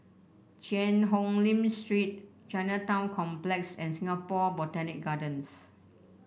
Cheang Hong Lim Street Chinatown Complex and Singapore Botanic Gardens